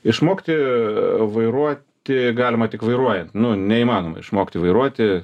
išmokti vairuoti galima tik vairuojant nu neįmanoma išmokti vairuoti